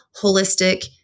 holistic